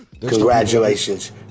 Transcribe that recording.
congratulations